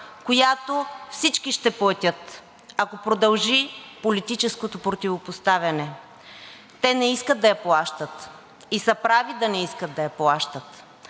която всички ще платят, ако продължи политическото противопоставяне. Те не искат да я плащат и са прави да не искат да я плащат.